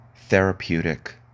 therapeutic